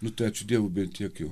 nu tai ačiū dievui bent tiek jau